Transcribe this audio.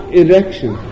erection